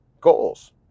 goals